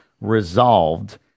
resolved